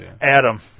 Adam